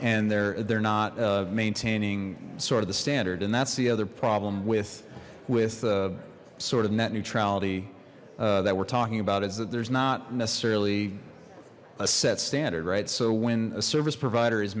and there they're not maintaining sort of the standard and that's the other problem with with sort of net neutrality that we're talking about is that there's not necessarily a set standard right so when a service provider is